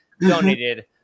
donated